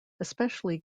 especially